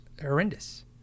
horrendous